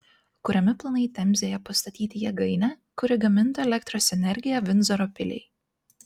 kuriami planai temzėje pastatyti jėgainę kuri gamintų elektros energiją vindzoro piliai